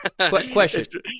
question